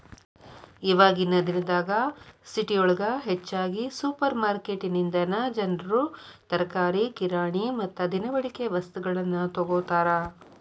ಇವಾಗಿನ ದಿನದಾಗ ಸಿಟಿಯೊಳಗ ಹೆಚ್ಚಾಗಿ ಸುಪರ್ರ್ಮಾರ್ಕೆಟಿನಿಂದನಾ ಜನರು ತರಕಾರಿ, ಕಿರಾಣಿ ಮತ್ತ ದಿನಬಳಿಕೆ ವಸ್ತುಗಳನ್ನ ತೊಗೋತಾರ